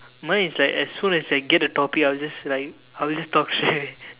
mine is like as soon I get the topic I would just like I will just talk straightaway